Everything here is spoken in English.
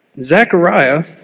Zechariah